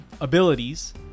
abilities